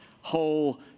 whole